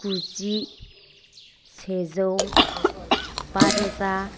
गुजि सेजौ बारोजा